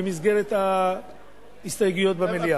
במסגרת ההסתייגויות במליאה.